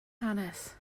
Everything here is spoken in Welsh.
hanes